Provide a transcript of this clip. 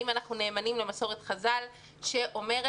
האם אנחנו נאמנים למסורת חז"ל שאומרת,